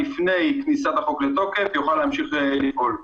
כניסת החוק לתוקף, יוכל להמשיך לפעול.